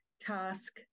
task